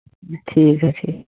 جی ٹھیک ہے ٹھیک